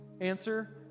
Answer